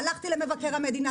אני הלכתי למבקר המדינה,